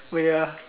oh ya